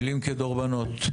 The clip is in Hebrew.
מילים כדורבנות.